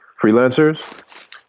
freelancers